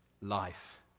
life